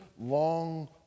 long